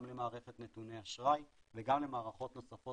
גם למערכת נתוני אשראי וגם למערכות נוספות